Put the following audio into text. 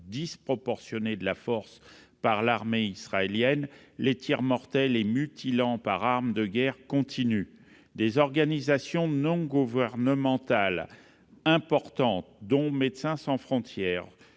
disproportionné de la force par l'armée israélienne, les tirs mortels et mutilants par armes de guerre continuent. Des organisations non gouvernementales importantes, dont Médecins sans frontières,